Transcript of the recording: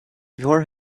before